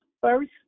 First